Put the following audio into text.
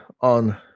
on